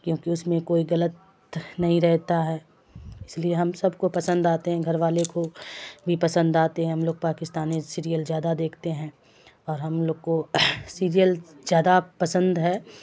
کیونکہ اس میں کوئی غلط نہیں رہتا ہے اس لیے ہم سب کو پسند آتے ہیں گھر والے کو بھی پسند آتے ہیں ہم لوگ پاکستانی سیریل زیادہ دیکھتے ہیں اور ہم لوگ کو سیریل زیادہ پسند ہے